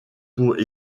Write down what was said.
pour